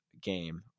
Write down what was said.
game